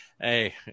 Hey